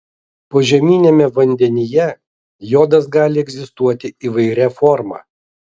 požeminiame vandenyje jodas gali egzistuoti įvairia forma